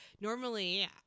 normally